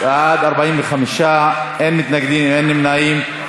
בעד, 45, אין מתנגדים, אין נמנעים.